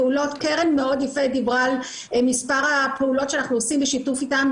קרן דיברה על מספר הפעולות שאנחנו עושים בשיתוף איתם,